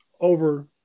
over